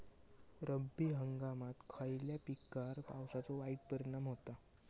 रब्बी हंगामात खयल्या पिकार पावसाचो वाईट परिणाम होता?